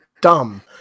dumb